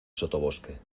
sotobosque